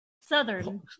Southern